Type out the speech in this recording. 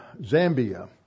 Zambia